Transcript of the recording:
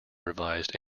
revised